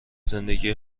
زندگی